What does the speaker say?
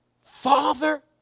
Father